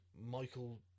Michael